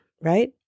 right